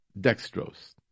dextrose